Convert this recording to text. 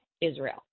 Israel